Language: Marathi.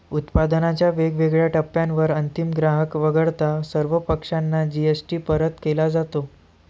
उत्पादनाच्या वेगवेगळ्या टप्प्यांवर अंतिम ग्राहक वगळता सर्व पक्षांना जी.एस.टी परत केला जातो